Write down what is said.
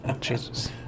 Jesus